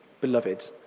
beloved